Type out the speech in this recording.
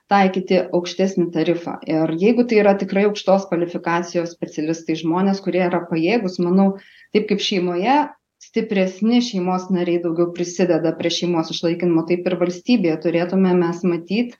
taikyti aukštesnį tarifą ir jeigu tai yra tikrai aukštos kvalifikacijos specialistai žmonės kurie yra pajėgūs manau taip kaip šeimoje stipresni šeimos nariai daugiau prisideda prie šeimos išlaikymo taip ir valstybė turėtumėm mes matyt